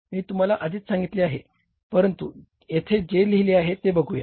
मी तुम्हाला आधीच सांगितले आहे परंतु येथे जे लिहिले आहे ते बघूया